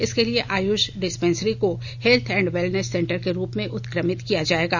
इसके लिए आयुष डिस्पेंसरी को हेल्थ एंड वैलनेस सेंटर के रूप में उत्क्रमित किया जाएगा